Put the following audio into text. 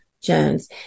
Jones